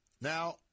Now